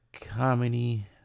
comedy